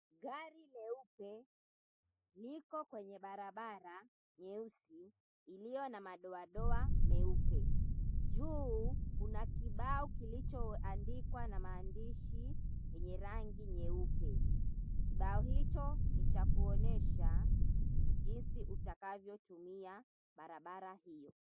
Gari leupe, liko kwenye barabara nyeusi, iliyo na madoadoa meupe. Juu kuna kibao kilichoandikwa na maandishi yenye rangi nyeupe. Kibao hicho ni cha kuonyesha, jinsi utakavyotumia barabara hiyo.